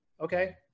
Okay